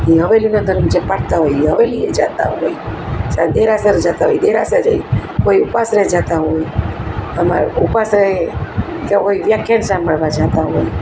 એ હવેલીના ધર્મ જે પાળતા હોય એ હવેલીએ જતા હોય જ્યાં દેરાસર જતા હોય એ દેરાસર જાય કોઈ ઉપાશ્રયે જતા હોય અમારે ઉપાશ્રયે જ્યાં કોઈ વ્યાખ્યાન સાંભળવા જતા હોય